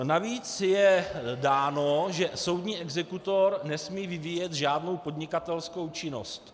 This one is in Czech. Navíc je dáno, že soudní exekutor nesmí vyvíjet žádnou podnikatelskou činnost.